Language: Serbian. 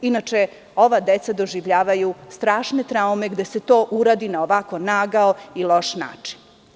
Inače, ova deca doživljavaju strašne traume gde se to uradi na ovako nagao i loš način.